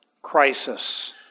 crisis